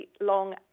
long